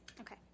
Okay